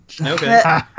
Okay